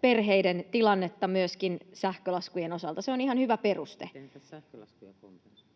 perheiden tilannetta myöskin sähkölaskujen osalta. Se on ihan hyvä peruste. [Perussuomalaisten